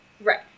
right